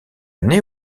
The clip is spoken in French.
année